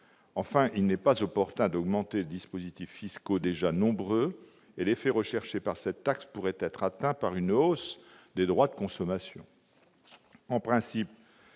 il n'est pas opportun d'augmenter les dispositifs fiscaux déjà nombreux. L'effet recherché par cette taxe pourrait être atteint par une hausse des droits de consommation.